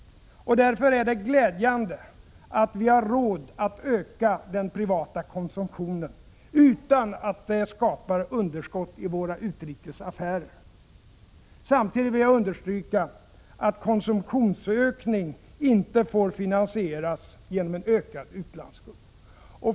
Därför är det glädjande att vi har råd att öka den privata konsumtionen utan att det skapar underskott i våra utrikes affärer. Samtidigt vill jag understryka att konsumtionsökning inte får finansieras genom en ökad utlandsskuld.